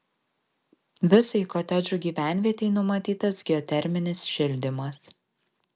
visai kotedžų gyvenvietei numatytas geoterminis šildymas